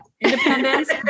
Independence